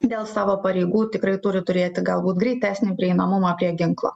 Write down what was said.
dėl savo pareigų tikrai turi turėti galbūt greitesnį prieinamumą prie ginklo